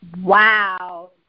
Wow